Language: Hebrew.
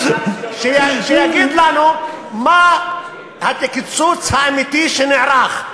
שיגיד לנו מה הקיצוץ האמיתי שנערך.